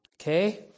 Okay